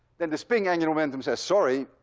then the spin angular momentum says, sorry,